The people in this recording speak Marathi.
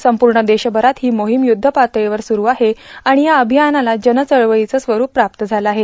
संपूर्ण देशभरात ही मोहीम युद्धपातळीवर सुरू आहे आणि या अभियानाला जनचळवळीचं स्वरूप प्राप्त झालं आहे